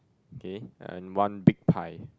okay and one big pie